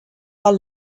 are